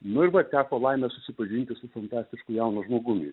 nu ir va teko laimė susipažinti su fantastišku jaunu žmogumi